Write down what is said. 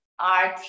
art